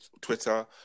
Twitter